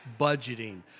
Budgeting